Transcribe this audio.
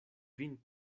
vin